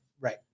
Right